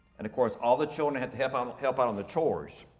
and of course, all the children had to help um help out on the chores.